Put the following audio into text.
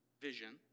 vision